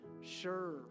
sure